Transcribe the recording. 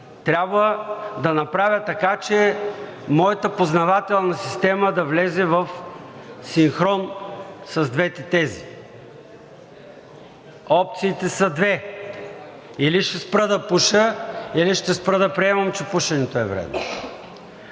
Трябва да направя така, че моята познавателна система да влезе в синхрон с двете тези. Опциите са две – или ще спра да пуша, или ще спра да приемам, че пушенето е вредно.